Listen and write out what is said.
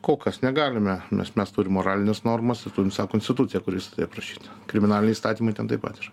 kol kas negalime nes mes turim moralines normas ir turim sa konstituciją kur visa tai aprašyta kriminaliniai įstatymai ten taip pat yra